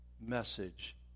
message